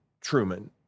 Truman